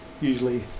usually